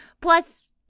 Plus